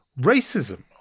racism